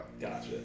Gotcha